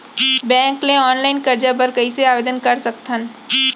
Bank ले online करजा बर कइसे आवेदन कर सकथन?